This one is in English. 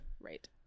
right